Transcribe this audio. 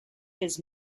his